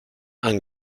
and